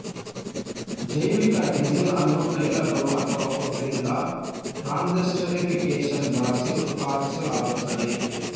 ಜೈವಿಕ ಡೀಸೆಲ್ ಅನ್ನು ತೈಲಗಳು ಅಥವಾ ಕೊಬ್ಬಿನಿಂದ ಟ್ರಾನ್ಸ್ಸೆಸ್ಟರಿಫಿಕೇಶನ್ ಬಳಸಿ ಉತ್ಪಾದಿಸಲಾಗುತ್ತದೆ